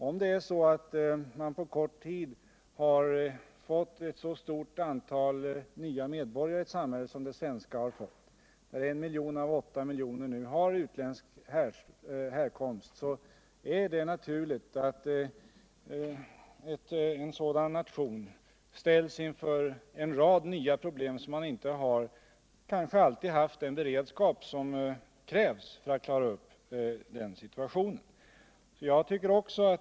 Om man i en nation på kort tid har fått ett så stort antal nya medborgare i samhället som vårt svenska samhälle har fått, när I miljon av våra 8 miljoner invånare nu är av utländsk härkomst, är det naturligt att man ställs inför en rad nya problem, för vilka nationen saknar den beredskap som skulle krävas för att reda upp situationen.